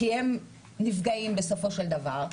כי הם נפגעים בסופו של דבר,